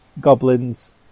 goblins